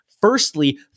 Firstly